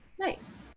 Nice